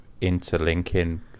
interlinking